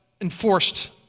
enforced